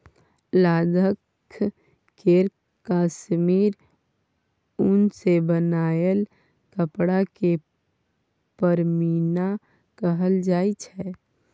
लद्दाख केर काश्मीर उन सँ बनाएल कपड़ा केँ पश्मीना कहल जाइ छै